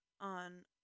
on